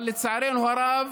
אבל לצערנו הרב,